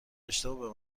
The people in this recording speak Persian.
اشتباه